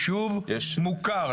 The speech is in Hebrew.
ישוב מוכר.